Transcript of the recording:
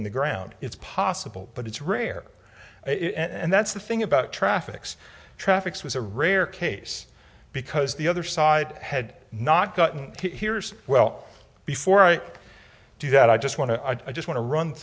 in the ground it's possible but it's rare and that's the thing about traffics traffics was a rare case because the other side had not gotten here's well before i do that i just want to i just wan